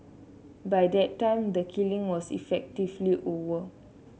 by that time the killing was effectively over